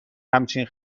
همچنین